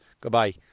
Goodbye